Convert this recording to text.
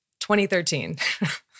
2013